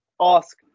ask